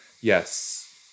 Yes